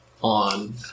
On